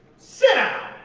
sit down.